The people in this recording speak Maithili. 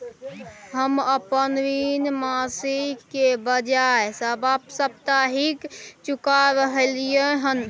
हम अपन ऋण मासिक के बजाय साप्ताहिक चुका रहलियै हन